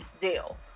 deal